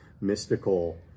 mystical